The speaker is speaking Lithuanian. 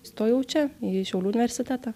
stojau čia į šiaulių universitetą